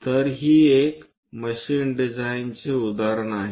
तर ही एक मशीन डिझाइनचे उदाहरण आहे